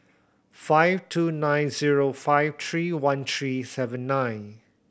five two nine zero five three one three seven nine